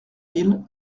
mille